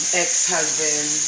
ex-husband